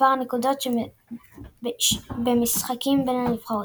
מספר הנקודות במשחקים בין הנבחרות.